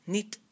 Niet